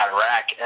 Iraq